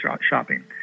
shopping